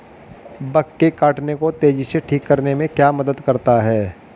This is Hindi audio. बग के काटने को तेजी से ठीक करने में क्या मदद करता है?